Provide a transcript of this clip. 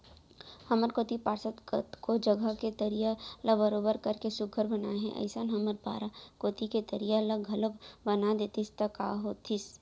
हमर कोती पार्षद कतको जघा के तरिया ल बरोबर कतेक सुग्घर बनाए हे अइसने हमर पारा कोती के तरिया ल घलौक बना देतिस त काय होतिस